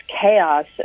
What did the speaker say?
chaos